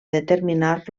determinar